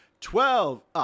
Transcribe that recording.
Twelve